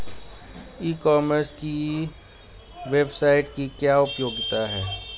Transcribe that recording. ई commerce की website की क्या उपयोगिता है?